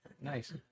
Nice